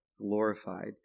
glorified